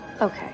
Okay